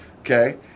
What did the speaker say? Okay